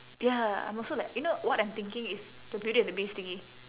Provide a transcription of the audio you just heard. ya I'm also like you know what I'm thinking is the beauty and the beast thingy